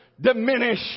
diminish